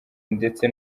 ndetse